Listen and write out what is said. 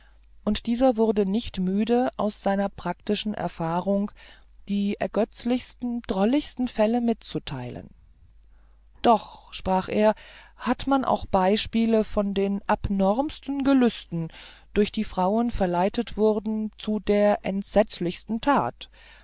und dieser wurde nicht müde aus seiner praktischen erfahrung die ergötzlichsten drolligsten fälle mitzuteilen doch sprach er hat man auch beispiele von den abnormsten gelüsten durch die frauen verleitet wurden zu der entsetzlichsten tat